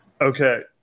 Okay